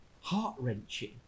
heart-wrenching